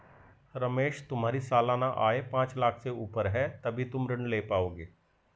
रमेश तुम्हारी सालाना आय पांच लाख़ से ऊपर है तभी तुम ऋण ले पाओगे